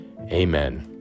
Amen